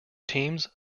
teams